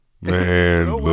Man